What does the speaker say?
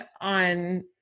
on